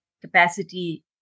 capacity